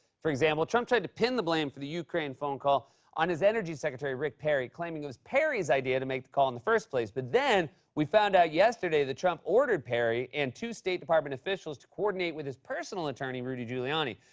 for example, trump tried to pin the blame for the ukraine phone call on his energy secretary rick perry, claiming it was perry's idea to make the call in the first place. but then we found out yesterday that trump order perry and two state department officials to coordinate with his personal attorney, rudy giuliani,